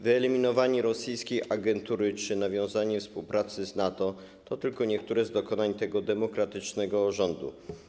Wyeliminowanie rosyjskiej agentury czy nawiązanie współpracy z NATO to tylko niektóre z dokonań tego demokratycznego rządu.